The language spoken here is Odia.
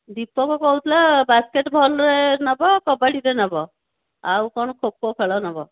ଦୀପକ କହୁଥିଲା ବାସ୍କେଟ୍ବଲରେ ନେବ କବାଡ଼ିରେ ନେବ ଆଉ କ'ଣ ଖୋଖୋ ଖେଳ ନେବ